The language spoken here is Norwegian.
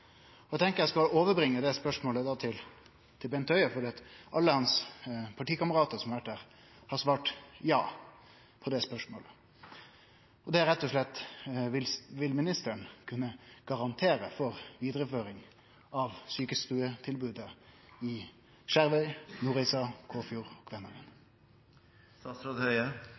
spørsmål. Eg tenkjer eg skal bere fram det spørsmålet for Bent Høie, for alle hans partikameratar som har vore der, har svart ja på det spørsmålet, og det er, rett og slett: Vil ministeren kunne garantere for vidareføring av sjukestuetilbodet i